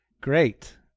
Great